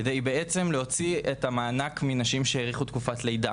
כדי להוציא בעצם את המענק מנשים שהאריכו תקופת לידה,